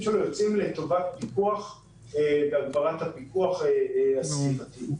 שלנו לטובת פיקוח והגברת הפיקוח הסביבתי.